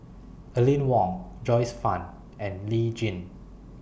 Aline Wong Joyce fan and Lee Tjin